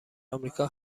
امریکا